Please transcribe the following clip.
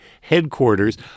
headquarters